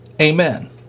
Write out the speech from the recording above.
Amen